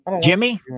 Jimmy